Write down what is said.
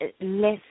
less